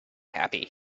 happy